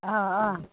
अह अह